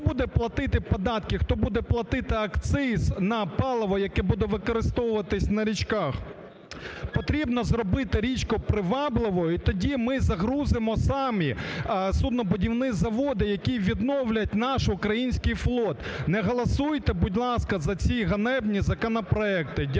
Хто буде платити податки, хто буде платити акциз на паливо, яке буде використовуватись на річках? Потрібно зробити річку привабливою і тоді ми загрузимо самі суднобудівні заводи, які відновлять наш український флот. Не голосуйте, будь ласка, за ці ганебні законопроекти. Дякую.